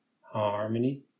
harmony